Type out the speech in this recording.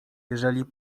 jeżeli